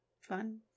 fun